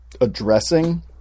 addressing